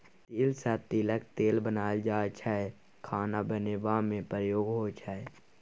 तिल सँ तिलक तेल बनाएल जाइ छै खाना बनेबा मे प्रयोग होइ छै